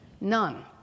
none